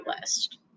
list